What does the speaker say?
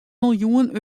miljoen